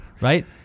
right